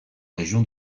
région